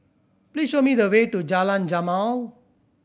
please show me the way to Jalan Jamal